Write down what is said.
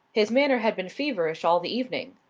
his manner had been feverish all the evening.